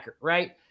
right